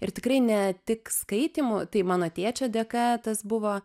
ir tikrai ne tik skaitymu tai mano tėčio dėka tas buvo